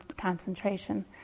concentration